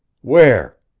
where?